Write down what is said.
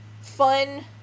fun